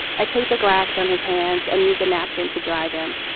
i take the glass from his hands and use a napkin to dry them.